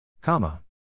comma